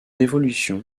évolution